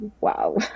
wow